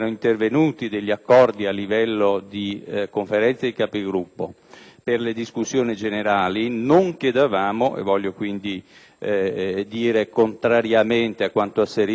per le discussioni generali non chiedevamo - contrariamente a quanto asserito dal senatore Legnini - il numero legale. La discussione generale avveniva